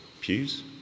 Pews